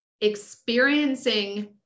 experiencing